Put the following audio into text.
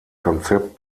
konzept